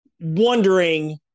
wondering